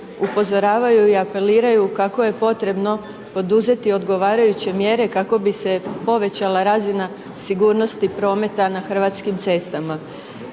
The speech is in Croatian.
upozoravaju i apeliraju kako je potrebno poduzeti odgovarajuće mjere kako bi se povećala razina sigurnosti prometa na hrvatskim cestama.